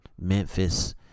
Memphis